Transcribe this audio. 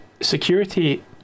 security